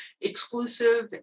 Exclusive